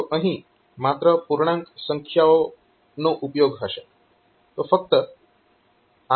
તો અહીં માત્ર પૂર્ણાંક સંખ્યાઓનો ઉપયોગ હશે